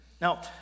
Now